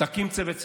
תקים צוות שרים.